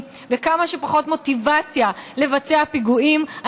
וכמה שפחות מוטיבציה לבצע פיגועים,